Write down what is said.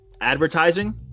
advertising